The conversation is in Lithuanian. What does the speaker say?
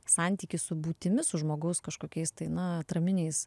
santykį su būtimi su žmogaus kažkokiais tai na atraminiais